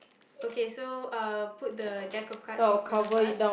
okay so uh put the deck of cards in front of us